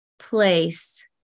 place